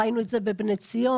ראינו את זה בבני ציון,